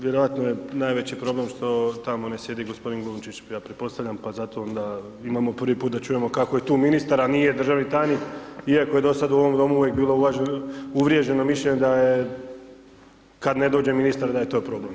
Vjerojatno je najveći problem što tamo ne sjedi gospodin Glunčić, ja pretpostavljam pa zato onda imamo prvi put da čujemo kako je tu ministar, a nije državni tajnik iako je dosad u ovom domu bilo uvriježeno mišljenje da je, kad ne dođe ministar, da je to problem.